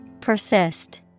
Persist